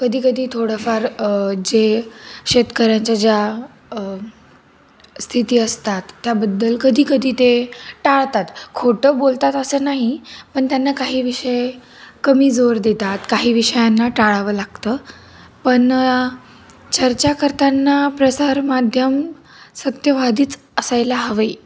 कधीकधी थोडंफार जे शेतकऱ्यांच्या ज्या स्थिती असतात त्याबद्दल कधीकधी ते टाळतात खोटं बोलतात असं नाही पण त्यांना काही विषय कमी जोर देतात काही विषयांना टाळावं लागतं पण चर्चा करतांना प्रसारमाध्यम सत्यवादीच असायला हवं